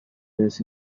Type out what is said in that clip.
days